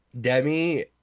demi